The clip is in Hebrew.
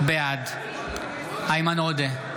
בעד איימן עודה,